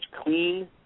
clean